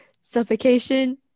suffocation